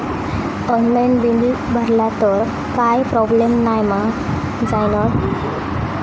Online bill भरला तर काय प्रोब्लेम नाय मा जाईनत?